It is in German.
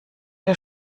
der